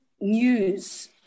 news